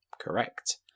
Correct